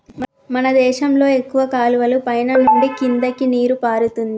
మన దేశంలో ఎక్కువ కాలువలు పైన నుండి కిందకి నీరు పారుతుంది